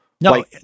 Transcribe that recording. No